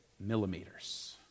millimeters